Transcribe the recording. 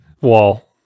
wall